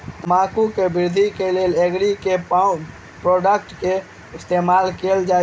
तम्बाकू केँ वृद्धि केँ लेल एग्री केँ के प्रोडक्ट केँ इस्तेमाल कैल जाय?